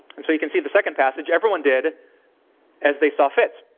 and so, you can see the second passage everyone did as they saw fit.